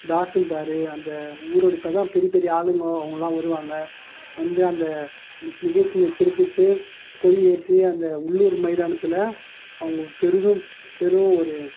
தாசில்தாரு அந்த ஊருடைய இப்போ அதுதான் பெரியப்பெரிய ஆளுங்க அவங்கெல்லாம் வருவாங்க வந்து அந்த நிகழ்ச்சினை சிறப்பித்து கொடி ஏற்றி அந்த உள்ளூர் மைதானத்தில் அவங்க பெரிதும் பெரும் ஒரு